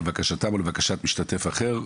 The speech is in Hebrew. לבקשתם או לבקשתם משתתף אחר,